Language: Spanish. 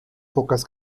pocas